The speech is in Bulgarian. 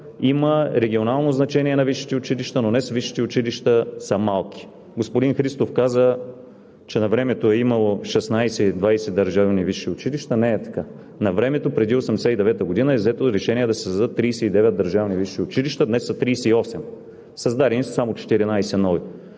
Има регионално значение на висшите училища, но днес висшите училища са малки. Господин Христов каза, че навремето е имало 16 или 20 държавни висши училища. Не е така. Навремето, преди 1989 г., е взето решение да се създадат 39 държавни висши училища, днес са 38. Създадени са само 14 нови,